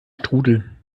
strudel